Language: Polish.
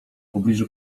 pobliżu